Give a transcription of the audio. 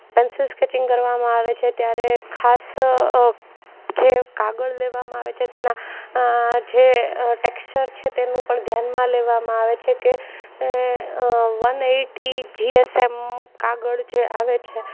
pencil sketching કરવામાં આવે છે ત્યારે ખાસ જે કાગળ લેવામાં આવે છે તેના જે ટેક્શચર છે તેનું પણ ધ્યાનમાં લેવામાં આવે છે કે એ વન એઇટી જીએસેમ કાગળ જે આવે છે